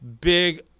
big